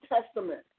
Testament